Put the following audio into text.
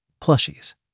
plushies